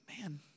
man